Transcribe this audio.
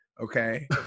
Okay